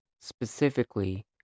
Specifically